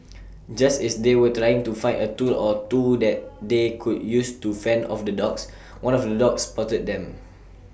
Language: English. just as they were trying to find A tool or two that they could use to fend off the dogs one of the dogs spotted them